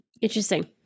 Interesting